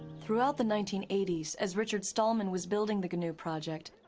throughout the nineteen eighty s, as richard stallman was building the gnu project,